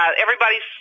everybody's